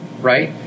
right